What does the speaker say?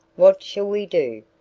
what shall we do?